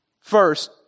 first